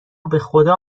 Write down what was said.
بخدا